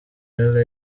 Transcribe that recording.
ari